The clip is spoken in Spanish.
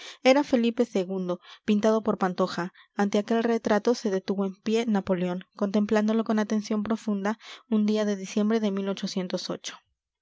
era felipe ii pintado por pantoja ante aquel retrato se detuvo en pie napoleón contemplándolo con atención profunda un día de diciembre de cuando yo